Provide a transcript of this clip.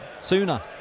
sooner